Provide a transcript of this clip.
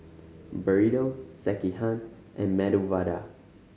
Burrito Sekihan and Medu Vada